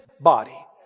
body